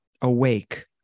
awake